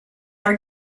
are